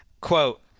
Quote